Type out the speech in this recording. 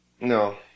No